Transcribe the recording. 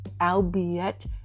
albeit